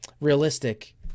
realistic